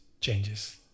changes